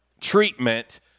treatment